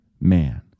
man